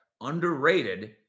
underrated